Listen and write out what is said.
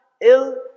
ill